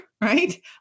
right